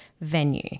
venue